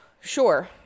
sure